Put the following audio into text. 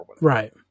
Right